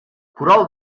kural